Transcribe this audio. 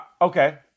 Okay